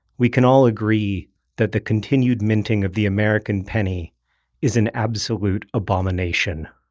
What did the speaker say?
we can all agree that the continued minting of the american penny is an absolute abomination.